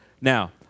Now